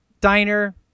diner